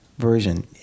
Version